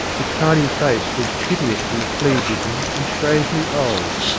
its tiny face was piteously flea-bitten and strangely old.